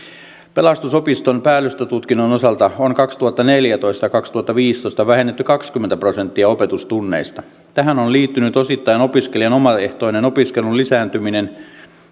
pelastusopiston päällystötutkinnon osalta on kaksituhattaneljätoista viiva kaksituhattaviisitoista vähennetty kaksikymmentä prosenttia opetustunneista tähän on liittynyt osittain opiskelijan omaehtoisen opiskelun lisääntyminen